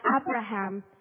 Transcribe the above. Abraham